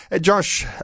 Josh